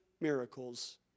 miracles